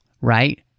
Right